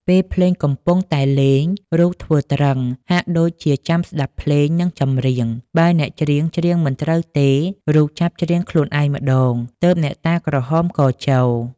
ពេលភ្លេងកំពុងតែលេង រូបធ្វើទ្រឹង ហាក់ដូចជាចាំស្តាប់ភ្លេង និងចម្រៀង បើអ្នកចម្រៀងច្រៀងមិនត្រូវទេ រូបចាប់ច្រៀងខ្លួនឯងម្តង ទើបអ្នកតាក្រហមកចូល ។